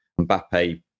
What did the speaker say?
Mbappe